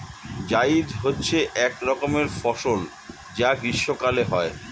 জায়িদ হচ্ছে এক রকমের ফসল যা গ্রীষ্মকালে হয়